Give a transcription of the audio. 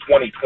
2020